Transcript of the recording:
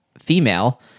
female